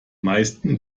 meisten